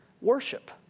Worship